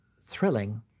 thrilling